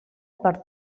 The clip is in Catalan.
per